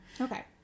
Okay